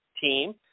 team